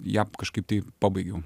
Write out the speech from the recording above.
ją kažkaip tai pabaigiau